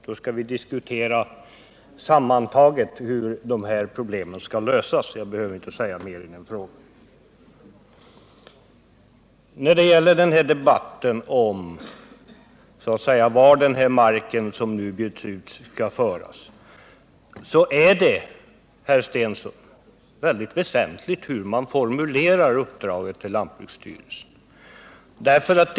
Då får vi diskutera sammantaget hur problemen skall lösas. Jag behöver inte säga mer om detta i dag. I frågan om vart den mark som nu bjuds ut skall föras är det väsentligt, herr Stensson, hur uppdraget till lantbruksstyrelsen formuleras.